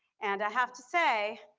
and i have to say,